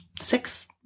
six